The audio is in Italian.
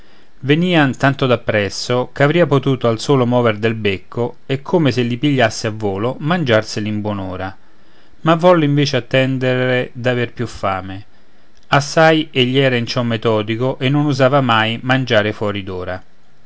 venian tanto dappresso che avria potuto al solo mover del becco e come se li pigliasse a volo mangiarseli in buon'ora ma volle invece attendere d'aver più fame assai egli era in ciò metodico e non usava mai mangiare fuori